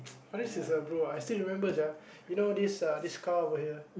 I still remember sia you know this uh this car over here